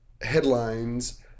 headlines